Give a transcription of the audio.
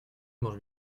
manges